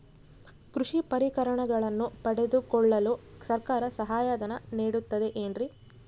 ಕೃಷಿ ಪರಿಕರಗಳನ್ನು ಪಡೆದುಕೊಳ್ಳಲು ಸರ್ಕಾರ ಸಹಾಯಧನ ನೇಡುತ್ತದೆ ಏನ್ರಿ?